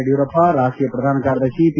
ಯಡಿಯೂರಪ್ಪ ರಾಷ್ಷೀಯ ಪ್ರಧಾನ ಕಾರ್ಯದರ್ಶಿ ಪಿ